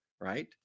right